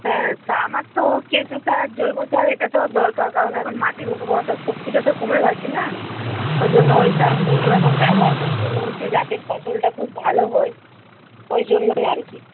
হ্যাঁ আচ্ছা আমার তো কেঁচো সার আর জৈব সার এটা তো দরকার কারণ এখন মাটির উর্বরতা শক্তিটা তো কমে গেছে না ওই জন্য ওই সারগুলো এখন ব্যবহার করতে বলছে যাতে ফসলটা খুব ভালো হয় ওই জন্যই আর কি